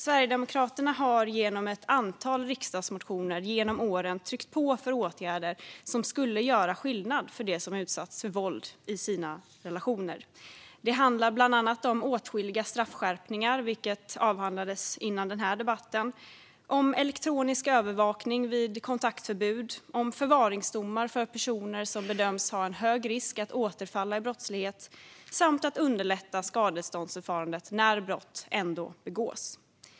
Sverigedemokraterna har genom ett antal riksdagsmotioner genom åren tryckt på för åtgärder som skulle göra skillnad för dem som utsatts för våld i sina relationer. Det handlar bland annat om åtskilliga straffskärpningar, vilka avhandlades i föregående debatt, elektronisk övervakning vid kontaktförbud, förvaringsdomar för personer som bedöms ha en hög risk att återfalla i brottslighet samt underlättande av skadeståndsförfarandet när brott ändå begås.